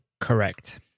Correct